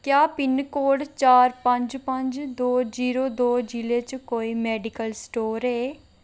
क्या पिनकोड चार पंज पंज दो जीरो दो जि'ले च कोई मेडिकल स्टोर ऐ